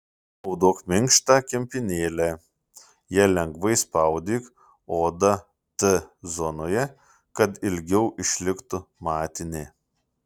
naudok minkštą kempinėlę ja lengvai spaudyk odą t zonoje kad ilgiau išliktų matinė